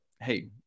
hey